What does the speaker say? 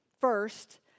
first